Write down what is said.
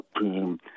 team